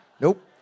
Nope